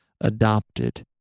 adopted